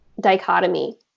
dichotomy